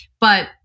But-